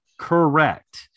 Correct